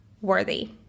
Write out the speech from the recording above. worthy